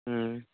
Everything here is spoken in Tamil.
ம்